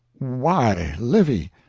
why, livy!